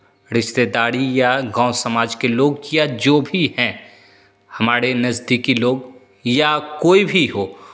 रिश्तेदारी या गाँव समाज के लोग या जो भी है हमारे नज़दीकी लोग या कोई भी हो